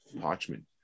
parchment